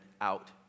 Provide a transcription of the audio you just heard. out